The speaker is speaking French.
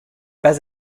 pas